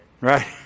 Right